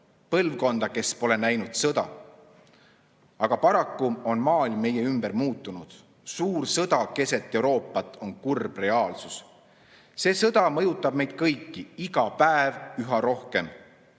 põlvkonda, kes pole näinud sõda. Aga paraku on maailm meie ümber muutunud. Suur sõda keset Euroopat on kurb reaalsus. See sõda mõjutab meid kõiki iga päev üha rohkem.